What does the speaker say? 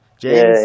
James